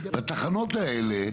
התחנות האלה,